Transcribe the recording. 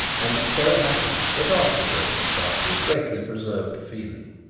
and it so happened that after circumstances greatly preserved the feeling.